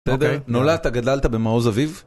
נולדת גדלת במעוז אביב